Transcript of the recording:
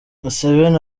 museveni